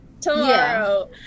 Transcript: tomorrow